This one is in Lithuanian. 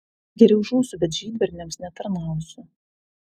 geriau žūsiu bet žydberniams netarnausiu